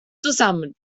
zusammen